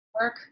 work